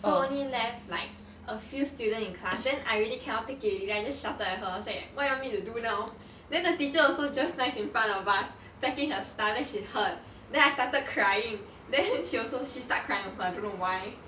so only left like a few student in class then I really take it already I just shouted at her I was like what you want me to do now then the teacher also just nice in front of us packing her stuff she heard then I started crying then she also she start crying also I dunno why